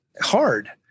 hard